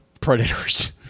predators